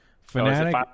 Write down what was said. Fanatic